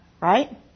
Right